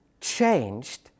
changed